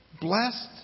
Blessed